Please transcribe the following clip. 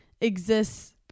exists